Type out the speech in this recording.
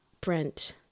Brent